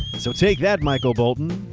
so take that michael bolton.